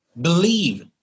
believe